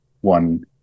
one